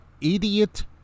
idiot